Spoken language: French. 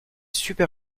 super